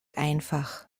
einfach